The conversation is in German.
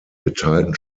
geteilten